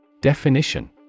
Definition